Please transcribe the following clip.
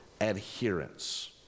adherence